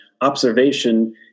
observation